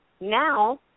Now